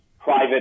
private